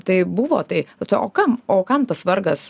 tai buvo tai tai o kam o kam tas vargas